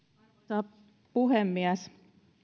arvoisa puhemies